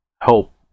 help